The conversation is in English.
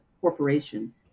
corporation